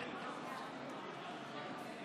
עשר דקות, אדוני.